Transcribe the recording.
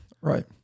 right